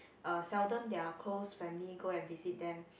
uh seldom their close family go and visit them